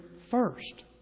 first